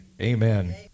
Amen